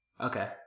Okay